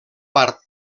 part